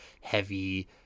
heavy